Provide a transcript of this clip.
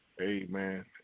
Amen